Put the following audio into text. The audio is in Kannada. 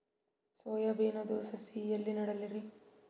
ಸೊಯಾ ಬಿನದು ಸಸಿ ಎಲ್ಲಿ ನೆಡಲಿರಿ?